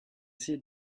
sie